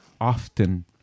often